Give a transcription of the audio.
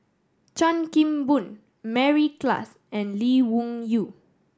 Chan Kim Boon Mary Klass and Lee Wung Yew